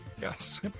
Yes